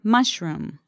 Mushroom